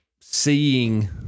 seeing